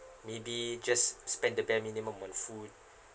maybe just spend the bare minimum on food right